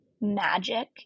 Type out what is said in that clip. magic